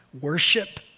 worship